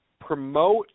promote